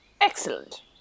Excellent